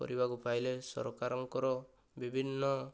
କରିବାକୁ ପାଇଲେ ସରକାରଙ୍କର ବିଭିନ୍ନ